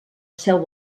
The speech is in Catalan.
seu